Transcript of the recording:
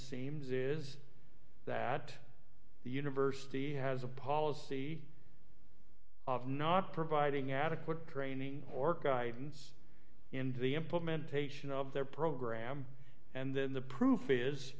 seems is that the university has a policy of not providing adequate training or guidance in the implementation of their program and then the proof is